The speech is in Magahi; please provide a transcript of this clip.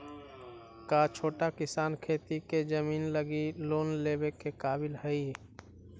का छोटा किसान खेती के जमीन लगी लोन लेवे के काबिल हई?